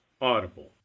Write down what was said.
Audible